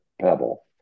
Pebble